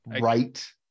Right